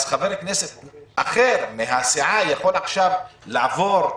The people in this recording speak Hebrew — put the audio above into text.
אז חבר כנסת אחר מהסיעה יכול עכשיו לעבור.